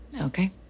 okay